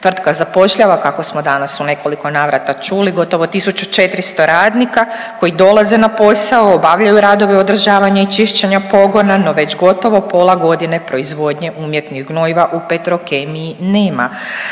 Tvrtka zapošljava kako smo danas u nekoliko navrata čuli gotovo 1400 radnika koji dolaze na posao, obavljaju radove održavanja i čišćenja pogona, no već gotovo pola godine proizvodnje umjetnih gnojiva u Petrokemiji nema,